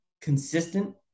consistent